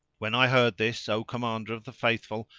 when i heard this, o commander of the faithful,